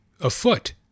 afoot